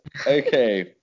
Okay